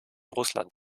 russland